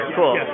Cool